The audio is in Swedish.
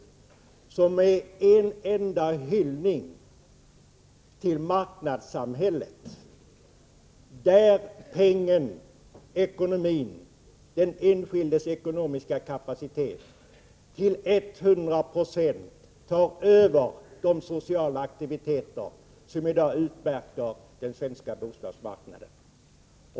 Reservationen är en enda hyllning till marknadssamhället, där penningen — den enskildes ekonomiska kapacitet — till 100 96 tar över de sociala aktiviteter som i dag utmärker den svenska bostadsmarknaden.